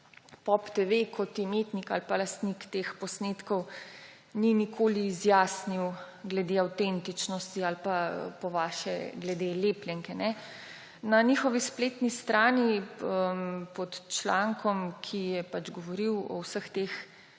POP TV kot imetnik ali lastnik teh posnetkov ni nikoli izjasnil glede avtentičnosti ali po vašem glede lepljenke. Na njihovi spletni strani pod člankom, ki je že pred časom govoril o vseh teh